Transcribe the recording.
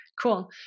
Cool